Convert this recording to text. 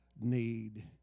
need